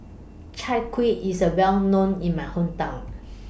Chai Kuih IS A Well known in My Hometown